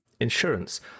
insurance